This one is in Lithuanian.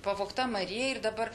pavogta marija ir dabar